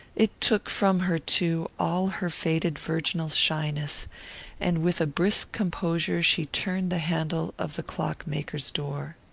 it took from her, too, all her faded virginal shyness and with a brisk composure she turned the handle of the clock-maker's door.